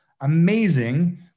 Amazing